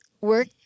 Work